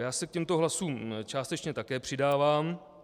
Já se k těmto hlasům částečně také přidávám.